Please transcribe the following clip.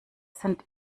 sind